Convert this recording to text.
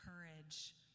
courage